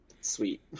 sweet